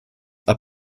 are